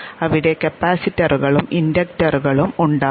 അവിടെ കപ്പാസിറ്ററുകളും ഇൻഡക്റ്ററുകളും ഉണ്ടാകും